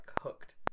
hooked